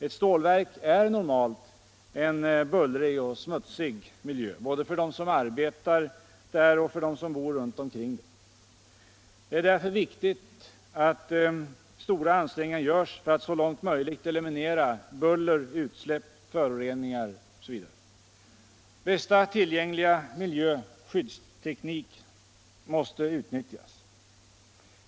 Ett stålverk är normalt en bullrig och smutsig miljö både för dem som arbetar där och för dem som bor runt omkring det. Det är därför viktigt att stora ansträngningar görs för att så långt möjligt eliminera buller, utsläpp, föroreningar etc. Bästa tillgängliga miljöskyddsteknik måste utnyttjas.